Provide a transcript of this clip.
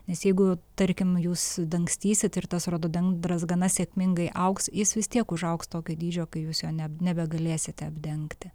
nes jeigu tarkim jūs dangstysit ir tas rododendras gana sėkmingai augs jis vis tiek užaugs tokio dydžio kai jūs jo neb nebegalėsite apdengti